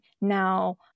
Now